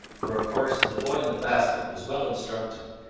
for of course the boy in the basket was well instructed,